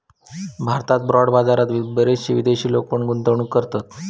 भारतात बाँड बाजारात बरेचशे विदेशी लोक पण गुंतवणूक करतत